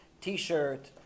t-shirt